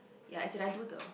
ya as in I do the